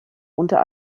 unter